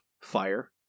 Fire